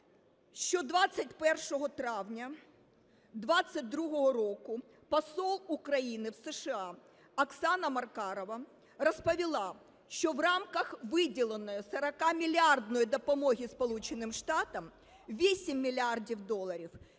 що 21 травня 2022 року посол України в США Оксана Маркарова розповіла, що в рамках виділеної 40-мільярдної допомоги Сполучених Штатів 8 мільярдів доларів